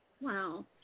Wow